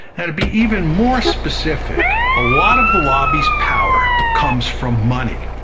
and to be even more specific, a lot of the lobby's power comes from money.